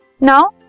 Now